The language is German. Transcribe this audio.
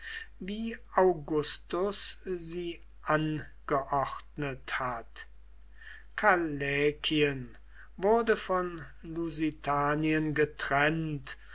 wie augustus sie angeordnet hat callaekien wurde von lusitanien getrennt